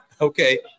okay